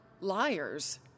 liars